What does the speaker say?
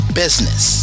business